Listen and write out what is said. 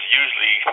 usually